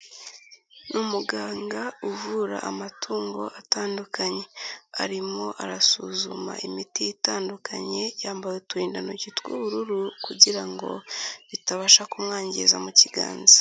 Ni umuganga uvura amatungo atandukanye, arimo arasuzuma imiti itandukanye, yambaye uturindantoki tw'ubururu kugira ngo itabasha kumwangiza mu kiganza.